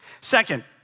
Second